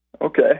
Okay